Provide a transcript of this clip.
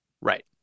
Right